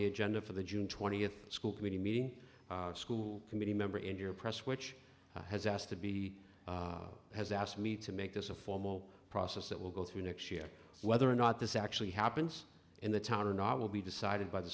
the agenda for the june twentieth school committee meeting school committee member in your press which has asked to be has asked me to make this a formal process that will go through next year whether or not this actually happens in the town or not will be decided by the